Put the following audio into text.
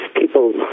people